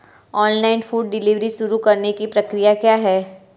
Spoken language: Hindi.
ऑनलाइन फूड डिलीवरी शुरू करने की प्रक्रिया क्या है?